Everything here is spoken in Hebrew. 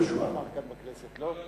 יהושע אמר כאן בכנסת, לא?